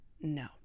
No